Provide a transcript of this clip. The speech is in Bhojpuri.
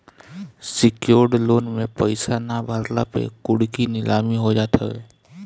सिक्योर्ड लोन में पईसा ना भरला पे कुड़की नीलामी हो जात हवे